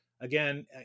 Again